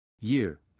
Year